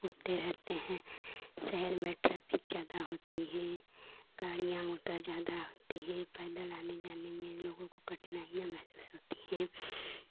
उड़ते रहते हैं शहर में ट्रैफ़िक ज़्यादा होती है गाड़ियां मोटर ज़्यादा होते हैं पैदल आने जाने में लोगों को कठिनाइयां महसूस होती है